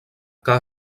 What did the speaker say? que